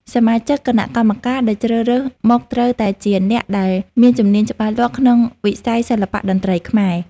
សមាជិកគណៈកម្មការដែលជ្រើសរើសមកត្រូវតែជាអ្នកដែលមានជំនាញច្បាស់លាស់ក្នុងវិស័យសិល្បៈតន្ត្រីខ្មែរ។